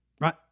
Right